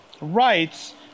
rights